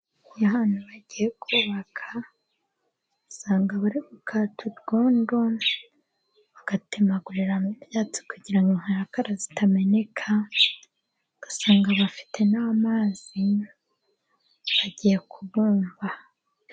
Iyo abantu bagiye kubaka usanga bari gukata urwondo, bagatemaguriramo ibyatsi kugira ngo rukararakara zitameneka .Ugasanga bafite n'amazi bagiye kubumba.